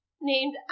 named